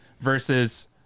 versus